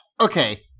Okay